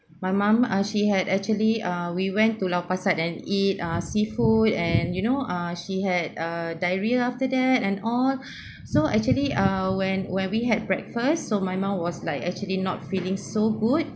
my mum ah she had actually uh we went to lau pa sat and eat ah seafood and you know ah she had uh diarrhea after that and all so actually ah when when we had breakfast so my mum was like actually not feeling so good